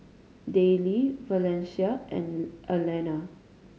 Dayle Valencia and Alena